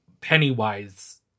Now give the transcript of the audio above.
Pennywise